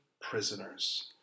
prisoners